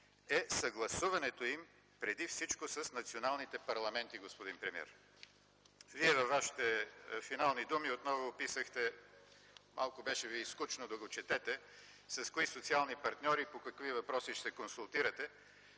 е съгласуването им преди всичко с националните парламенти, господин премиер. Вие във Вашите финални думи отново описахте, беше Ви малко скучно да го четете, с които социални партньори по какви въпроси ще се консултирате,